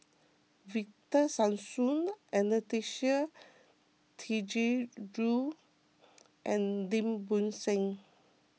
Victor Sassoon Anastasia Tjendri Liew and Lim Bo Seng